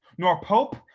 nor pope,